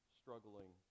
struggling